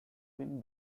been